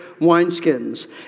wineskins